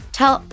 tell